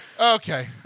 Okay